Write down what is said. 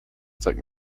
zeige